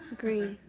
green.